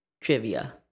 trivia